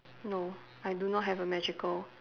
no I do not have a magical